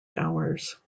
hours